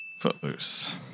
Footloose